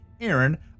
Aaron